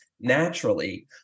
naturally